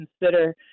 consider